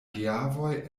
geavoj